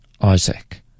Isaac